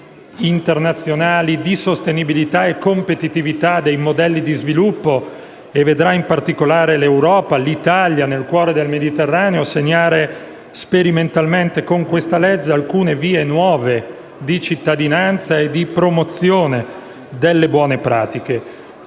internazionali di sostenibilità e competitività dei modelli di sviluppo e vedrà in particolare l'Europa e l'Italia, nel cuore del Mediterraneo, segnare sperimentalmente, con questa legge, alcune vie nuove di cittadinanza e di promozione delle buone pratiche.